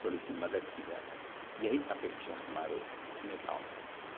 थोड़ी सी मदद की जाए यही अपेक्षा हमारे नेताओं से है